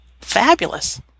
fabulous